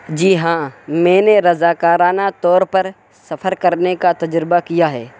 جی ہاں میں نے رضاکارانہ طور پر سفر کرنے کا تجربہ کیا ہے